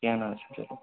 کینٛہہ نہٕ حظ چھُ